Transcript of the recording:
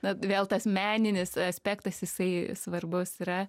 na vėl tas meninis aspektas jisai svarbus yra